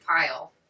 pile